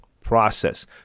process